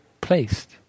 placed